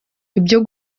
ibyo